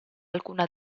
alcuna